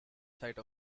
site